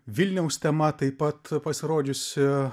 vilniaus tema taip pat pasirodžiusi